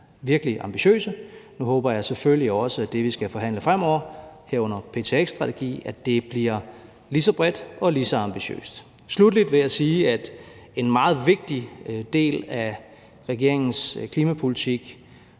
virkelig ambitiøse. Nu håber jeg selvfølgelig også, at det, vi skal forhandle fremover, herunder ptx-strategi, bliver lige så bredt og lige så ambitiøst. Sluttelig vil jeg sige, at en meget vigtig del af regeringens klimapolitik,